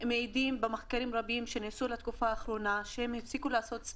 במחקרים רבים שנעשים בתקופה האחרונה אנשים מעידים שהם הפסיקו